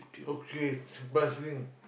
okay but then